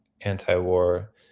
anti-war